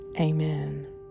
Amen